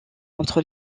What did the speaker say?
entre